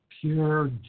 pure